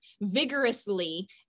vigorously